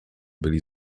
byli